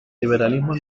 liberalismo